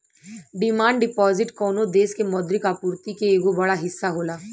demand deposit कवनो देश के मौद्रिक आपूर्ति के एगो बड़ हिस्सा होला